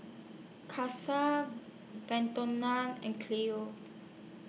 Kasie and Chloe